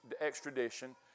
extradition